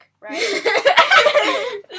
right